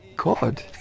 god